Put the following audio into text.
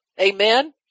Amen